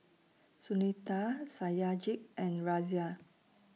Sunita Satyajit and Razia